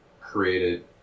created